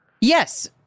Yes